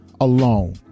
alone